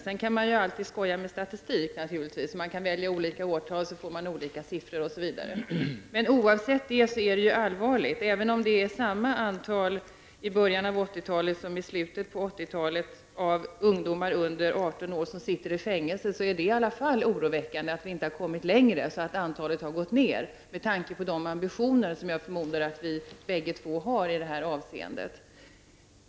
Sedan kan man alltid skoja med statistiken -- om man väljer olika årtal får man olika siffror osv. Men oavsett hur det förhåller sig med den saken är det här allvarligt. Om antalet ungdomar under 18 år som dömts till fängelse var detsamma i början av 80-talet som i slutet av 80-talet, är det i alla fall oroväckande att vi inte kommit längre, dvs. att antalet inte har minskat, detta med tanke på de ambitioner som jag förmodar att vi båda har i det här avseendet.